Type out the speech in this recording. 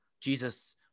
Jesus